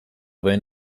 den